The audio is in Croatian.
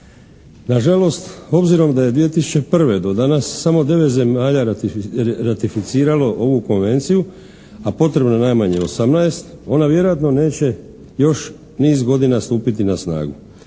Nažalost, obzirom da je 2001. do danas samo devet zemalja ratificiralo ovu konvenciju a potrebno je najmanje osamnaest ona vjerojatno neće još niz godina stupiti na snagu.